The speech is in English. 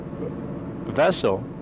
vessel